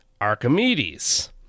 Archimedes